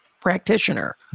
practitioner